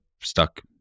stuck